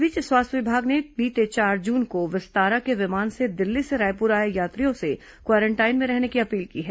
इस बीच स्वास्थ्य विभाग ने बीते चार जून को विस्तारा के विमान से दिल्ली से रायपुर आए यात्रियों से क्वारेंटाइन में रहने की अपील की है